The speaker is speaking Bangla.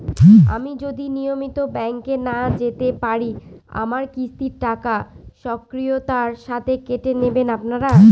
আমি যদি নিয়মিত ব্যংকে না যেতে পারি আমার কিস্তির টাকা স্বকীয়তার সাথে কেটে নেবেন আপনারা?